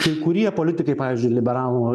kai kurie politikai pavyzdžiui liberalų